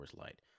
Light